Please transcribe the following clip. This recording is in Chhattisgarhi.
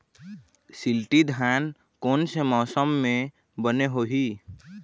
शिल्टी धान कोन से मौसम मे बने होही?